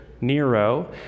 Nero